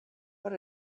but